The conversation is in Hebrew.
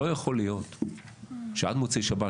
לא יכול להיות שעד מוצאי שבת,